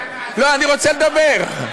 לא, אני רוצה לדבר.